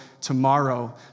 tomorrow